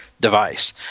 device